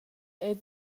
eir